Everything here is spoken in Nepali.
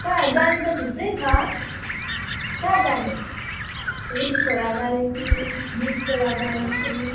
तर जाने त थुप्रै छ कहाँ जाने मिरिक खोला जाने कि मुक खोला जाने कि